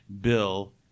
Bill